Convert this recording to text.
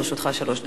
לרשותך שלוש דקות.